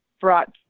brought